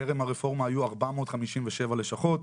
טרם הרפורמה היו 457 לשכות,